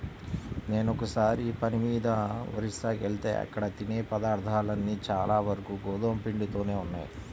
నేనొకసారి పని మీద ఒరిస్సాకెళ్తే అక్కడ తినే పదార్థాలన్నీ చానా వరకు గోధుమ పిండితోనే ఉన్నయ్